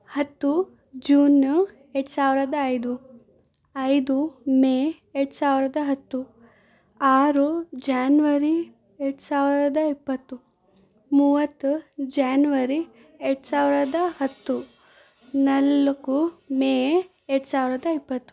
ಹತ್ತು ಜೂನು ಎರಡು ಸಾವಿರದ ಐದು ಐದು ಮೇ ಎರಡು ಸಾವಿರದ ಹತ್ತು ಆರು ಜಾನ್ವರಿ ಎರಡು ಸಾವಿರದ ಇಪ್ಪತ್ತು ಮೂವತ್ತು ಜಾನ್ವರಿ ಎರಡು ಸಾವಿರದ ಹತ್ತು ನಾಲ್ಕು ಮೇ ಎರಡು ಸಾವಿರದ ಇಪ್ಪತ್ತು